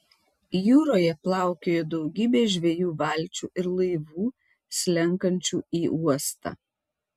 jūroje plaukiojo daugybė žvejų valčių ir laivų slenkančių į uostą